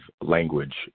language